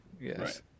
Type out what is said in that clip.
Yes